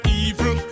evil